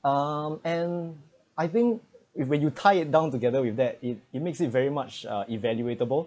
um and I think if when you tie it down together with that it it makes it very much uh evaluable